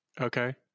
Okay